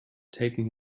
taking